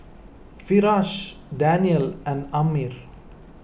Firash Daniel and Ammir